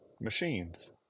machines